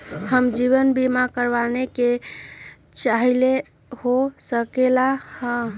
हम जीवन बीमा कारवाबे के चाहईले, हो सकलक ह?